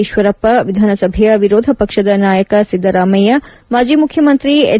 ಈಶ್ವರಪ್ಪ ವಿಧಾನಸಭೆಯ ವಿರೋಧ ಪಕ್ಷದ ನಾಯಕ ಸಿದ್ದರಾಮಯ್ಯ ಮಾಜಿ ಮುಖ್ಯಮಂತ್ರಿ ಎಚ್